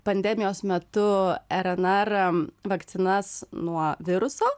pandemijos metu rnr vakcinas nuo viruso